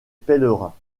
pèlerins